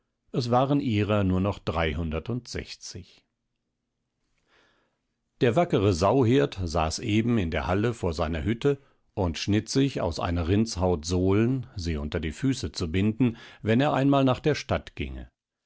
es waren ihrer nur noch dreihundert und sechzig der wackere sauhirt saß eben in der halle vor seiner hütte und schnitt sich aus einer rindshaut sohlen sie unter die füße zu binden wenn er einmal nach der stadt ginge